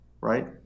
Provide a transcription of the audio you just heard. right